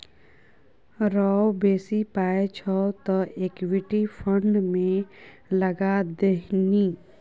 रौ बेसी पाय छौ तँ इक्विटी फंड मे लगा दही ने